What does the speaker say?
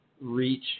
reach